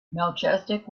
melchizedek